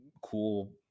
cool